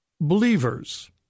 Believers